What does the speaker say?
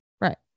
Right